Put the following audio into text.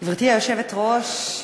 גברתי היושבת-ראש,